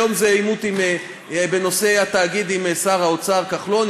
היום זה עימות בנושא התאגיד עם שר האוצר כחלון,